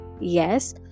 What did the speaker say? yes